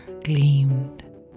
gleamed